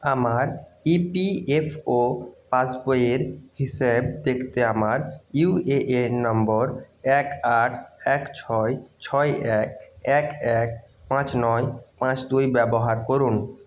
আমার ইপিএফও পাসবইয়ের হিসেব দেখতে আমার ইউএএন নম্বর এক আট এক ছয় ছয় এক এক এক পাঁচ নয় পাঁচ দুই ব্যবহার করুন